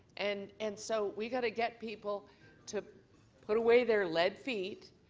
and and so we got to get people to put away their led feet,